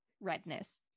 redness